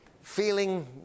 feeling